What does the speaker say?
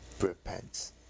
repent